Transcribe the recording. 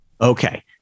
Okay